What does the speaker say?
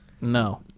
No